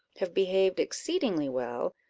have behaved exceedingly well,